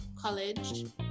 college